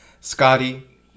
Scotty